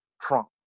Trump